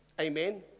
Amen